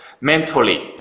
mentally